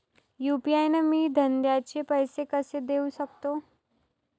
UPI न मी धंद्याचे पैसे कसे देऊ सकतो?